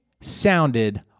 sounded